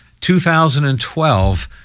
2012